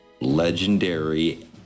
legendary